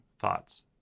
thoughts